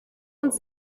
und